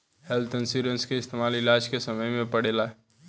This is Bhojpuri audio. हेल्थ इन्सुरेंस के इस्तमाल इलाज के समय में पड़ेला